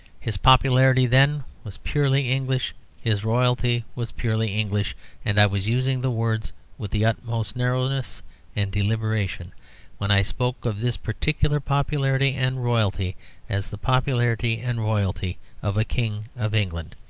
his popularity then was purely english his royalty was purely english and i was using the words with the utmost narrowness and deliberation when i spoke of this particular popularity and royalty as the popularity and royalty of a king of england.